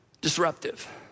disruptive